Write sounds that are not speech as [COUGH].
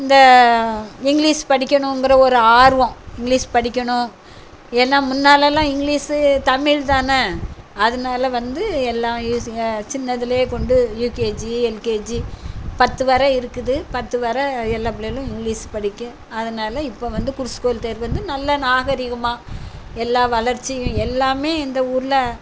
இந்த இங்கிலீஸ் படிக்கணுங்கிற ஒரு ஆர்வம் இங்கிலீஸ் படிக்கணும் எல்லா முன்னால்லாம் இங்கிலீஸு தமிழ் தான அதனால வந்து எல்லா [UNINTELLIGIBLE] சின்னதுலே கொண்டு யூகேஜி எல்கேஜி பத்து வரை இருக்குது பத்து வரை எல்லா பிள்ளைகளும் இங்கிலீஸ் படிக்கும் அதனால் இப்போ வந்து குர்ஸு கோயில் தெரு வந்து நல்லா நாகரீகமாக எல்லா வளர்ச்சியும் எல்லாமே இந்த ஊரில்